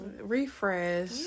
Refresh